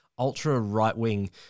ultra-right-wing